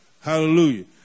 Hallelujah